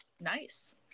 Nice